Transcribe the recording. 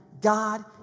God